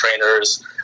trainers